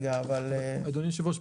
אדוני היושב-ראש,